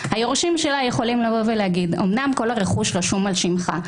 היורשים שלה יכולים לבוא ולהגיד: אומנם כל הרכוש רשום על שמך,